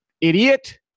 idiot